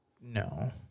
No